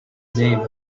name